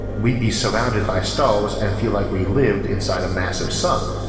we'd be surrounded by stars and feel like we lived inside a massive sun.